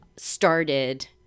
Started